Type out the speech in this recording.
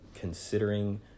considering